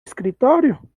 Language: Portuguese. escritório